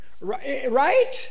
Right